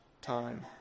time